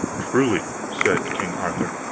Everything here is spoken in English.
truly, said king arthur,